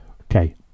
Okay